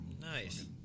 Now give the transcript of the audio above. Nice